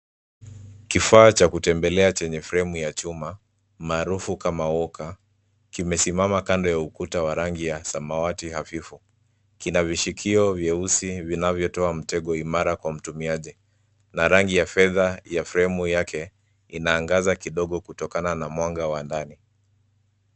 Kifaa cha kutembelea chenye fremu ya chuma maarufu kama walker kimesimama kando ya ukuta wa rangi ya samawati hafifu. Kina vishikio vyeusi vinavyotoa mtego imara kwa mtumiaji na rangi ya fedha ya fremu yake inaangaza kidogo kutokana na mwanga wa dari.